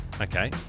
Okay